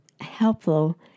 helpful